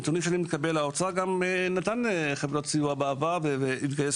אני אתייחס